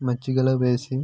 మజ్జిగలో వేసి